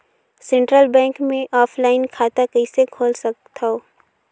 Central bank मे offline खाता कइसे खोल सकथव?